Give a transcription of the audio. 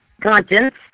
conscience